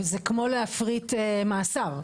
וזה כמו להפריט מאסר.